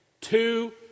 Two